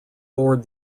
board